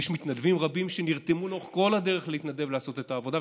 ויש מתנדבים רבים שנרתמו לאורך כל הדרך להתנדב לעשות את העבודה,